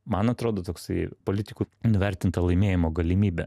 man atrodo toksai politikų nuvertinta laimėjimo galimybė